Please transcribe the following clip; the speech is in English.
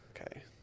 Okay